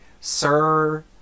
Sir